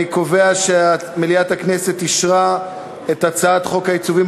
אני קובע שמליאת הכנסת אישרה את הצעת חוק העיצובים,